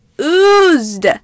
oozed